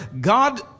God